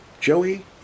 Joey